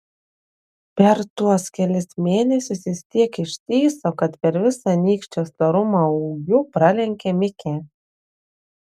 per tuos kelis mėnesius jis tiek ištįso kad per visą nykščio storumą ūgiu pralenkė mikę